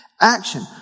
Action